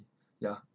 ya